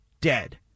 dead